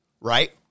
right